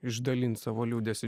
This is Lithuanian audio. išdalint savo liūdesį